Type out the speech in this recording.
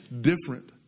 different